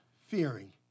fearing